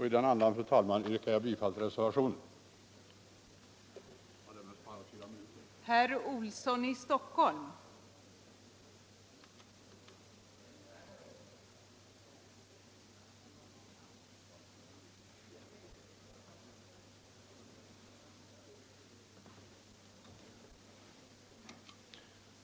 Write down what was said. I den andan, fru talman, inskränker jag mig till att yrka bifall till reservationen.